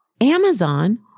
Amazon